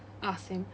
ah sian